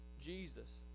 Jesus